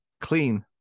clean